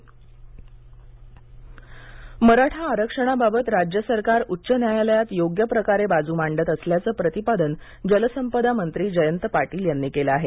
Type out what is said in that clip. जयंत पाटील मराठा आरक्षणाबाबत राज्य सरकार उच्च न्यायालयात योग्य प्रकारे बाजू मांडत असल्याचं प्रतिपादन जलसंपदा मंत्री जयंत पाटील यांनी केलं आहे